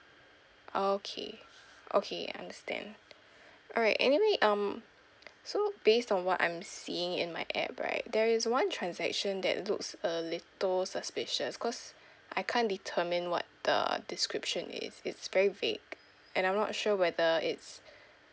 okay okay understand alright anyway um so based on what I'm seeing in my app right there is one transaction that looks a little suspicious cause I can't determine what the description is it's very vague and I'm not sure whether it's